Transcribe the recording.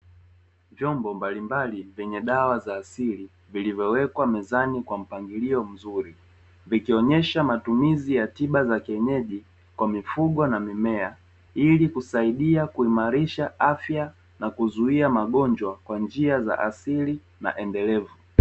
Vyombo mbalimbali vyenye dawa za asili vilivyowekwa mezani kwa mpangilio mzuri, vikionyesha matumizi ya tiba za kienyeji kwa mifugo na mimea ili kusaidia kuimarisha afya na kuzuia magonjwa kwa njia za asili na endelevu.